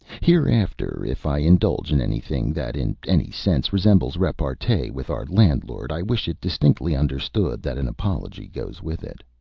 hereafter if i indulge in anything that in any sense resembles repartee with our landlord, i wish it distinctly understood that an apology goes with it.